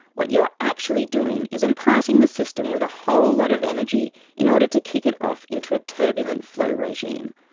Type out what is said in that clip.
what you're actually doing is imparting the system with a whole lot of energy in order to kick it off into a turbulent flow regime.